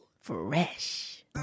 Fresh